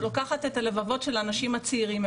שלוקחת את הלבבות של האנשים הצעירים.